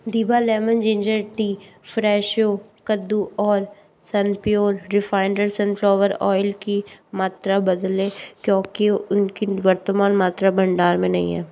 दिभा lemon ginger tea Fresho कद्दू और सनप्योर रिफाइंड सनफ्लॉवर आयल की मात्रा बदलें क्योंकि उनकी वर्तमान मात्रा भंडार में नहीं है